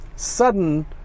sudden